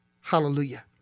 Hallelujah